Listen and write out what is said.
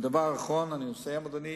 דבר אחרון, אני מסיים, אדוני,